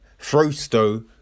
Frosto